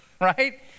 right